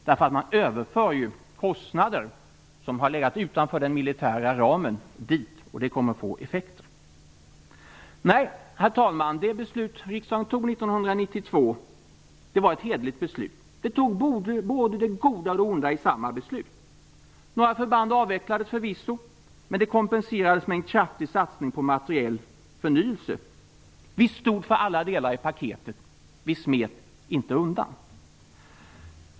Man för nämligen kostnader som har legat utanför den militära ramen över till denna, och det kommer att få effekter. Herr talman! Det beslut som riksdagen tog 1992 var ett hederligt beslut. I samma beslut tog man upp både det goda och det onda. Några förband avvecklades förvisso, men det kompenserades med en kraftig satsning på materiell förnyelse. Vi stod för alla delar av paketet. Vi smet inte undan.